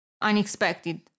unexpected